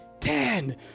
ten